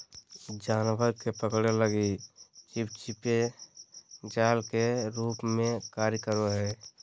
जानवर के पकड़े लगी चिपचिपे जाल के रूप में कार्य करो हइ